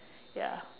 ya